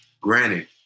granted